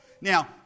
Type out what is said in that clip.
Now